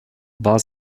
war